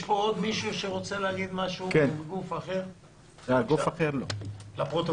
יש פה עוד מישהו מגוף אחר שרוצה להגיד